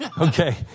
Okay